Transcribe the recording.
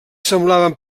semblaven